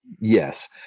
Yes